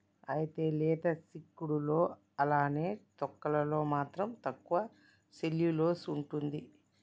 అయితే లేత సిక్కుడులో అలానే తొక్కలలో మాత్రం తక్కువ సెల్యులోస్ ఉంటుంది